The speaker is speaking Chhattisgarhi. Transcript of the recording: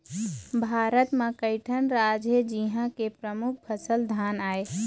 भारत म कइठन राज हे जिंहा के परमुख फसल धान आय